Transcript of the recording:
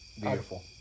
Beautiful